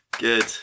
good